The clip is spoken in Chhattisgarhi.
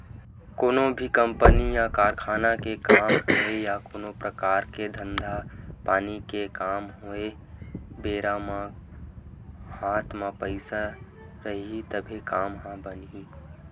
कोनो भी कंपनी या कारखाना के काम होवय या कोनो परकार के धंधा पानी के काम होवय बेरा म हात म पइसा रइही तभे काम ह बनही